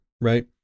right